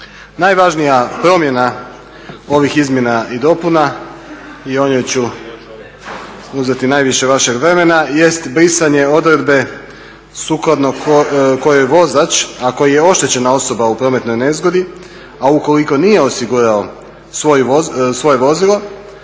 Najvažnija promjena ovih izmjena i dopuna i o njoj ću uzeti najviše vašeg vremena jest brisanje odredbe sukladno kojoj vozač a koji je oštećena osoba u prometnoj nezgodi a ukoliko nije osigurao svoje vozilo